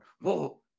Whoa